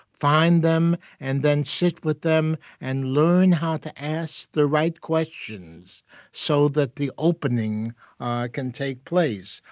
find them, and then sit with them, and learn how to ask the right questions so that the opening can take place.